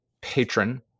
patron